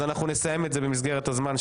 אז אנחנו נסיים את זה במסגרת הזמן.